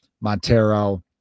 Montero